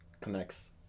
connects